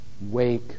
Wake